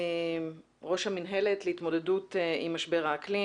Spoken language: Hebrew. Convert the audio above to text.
ראש המינהלת להתמודדות עם משבר האקלים,